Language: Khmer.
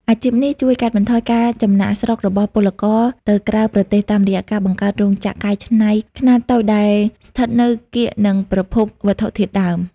អាជីពនេះជួយកាត់បន្ថយការចំណាកស្រុករបស់ពលករទៅក្រៅប្រទេស តាមរយៈការបង្កើតរោងចក្រកែច្នៃខ្នាតតូចដែលស្ថិតនៅកៀកនឹងប្រភពវត្ថុធាតុដើម។